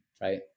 right